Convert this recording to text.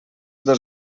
dos